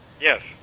Yes